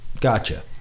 Gotcha